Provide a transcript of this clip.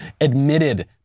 admitted